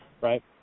right